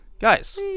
Guys